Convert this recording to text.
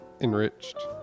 Enriched